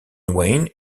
wayne